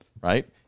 right